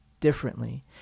differently